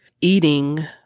eating